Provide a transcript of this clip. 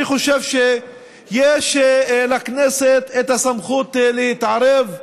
אני חושב שיש לכנסת את הסמכות להתערב.